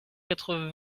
quatre